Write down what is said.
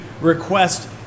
request